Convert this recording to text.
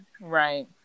Right